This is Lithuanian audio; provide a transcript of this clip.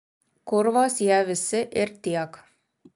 kurvos jie visi ir tiek